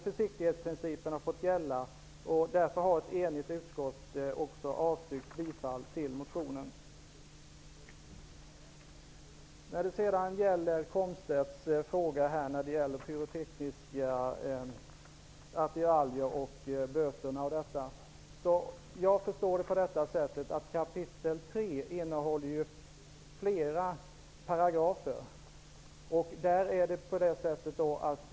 Försiktighetsprincipen har fått gälla. Därför har ett enigt utskott också avstyrkt bifall till motionen. Wiggo Komstedt undrade över böter för användande av pyrotekniska attiraljer. Jag förstår det så att kapitel 3 innehåller flera paragrafer.